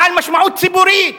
בעל משמעות ציבורית.